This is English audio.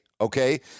okay